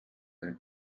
einen